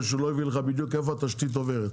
שהוא לא הביא לך בדיוק איפה התשתית עוברת.